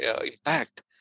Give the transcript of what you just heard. impact